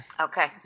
Okay